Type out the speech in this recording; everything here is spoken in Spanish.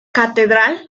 catedral